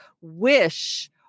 wish